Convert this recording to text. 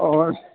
اور